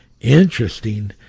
interesting